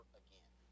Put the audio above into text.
again